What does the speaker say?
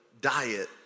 diet